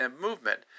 movement